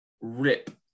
rip